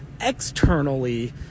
Externally